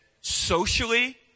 socially